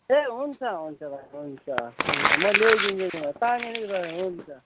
ए हुन्छ हुन्छ भाइ हुन्छ हुन्छ म ल्याइदिन्छु नि भाइ पानी हुन्छ